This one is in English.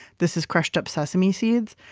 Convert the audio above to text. this is crushed up sesame seeds,